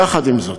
יחד עם זאת,